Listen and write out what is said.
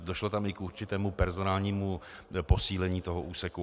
Došlo tam i k určitému personálnímu posílení toho úseku.